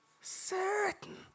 Certain